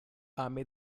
ame